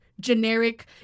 Generic